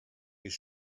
his